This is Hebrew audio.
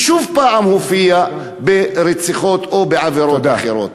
והוא שוב הופיע ברציחות או בעבירות אחרות.